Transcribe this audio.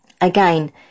Again